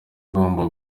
igomba